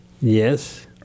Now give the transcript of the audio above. Yes